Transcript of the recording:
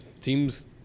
teams